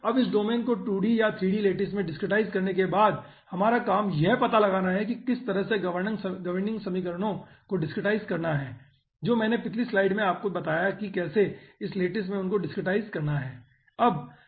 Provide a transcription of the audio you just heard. अब इस डोमेन को 2D या 3D लैटिस में डिसक्रीटाईज करने के बाद हमारा काम यह पता लगाना है कि किस तरह से गवर्निंग समीकरणों को डिसक्रीटाईज करना है जो मैंने पिछली स्लाइड्स में आपको बताया कि कैसे इस लैटिस में उनको डिसक्रीटाईज करना है